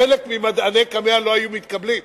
חלק ממדעני קמ"ע לא היו מתקבלים.